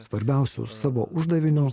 svarbiausiu savo uždaviniu